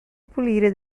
pulire